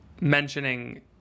mentioning